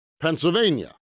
Pennsylvania